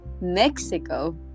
mexico